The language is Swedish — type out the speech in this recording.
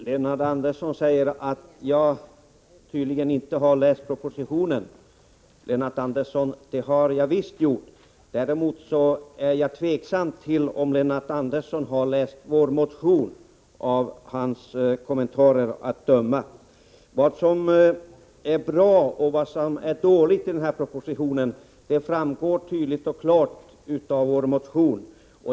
Herr talman! Lennart Andersson säger att jag tydligen inte har läst propositionen. Det har jag visst gjort. Däremot är det tveksamt om Lennart Andersson har läst vår motion, av hans kommentarer att döma. Vad som är bra och vad som är dåligt i propositionen framgår tydligt och klart av vår motion.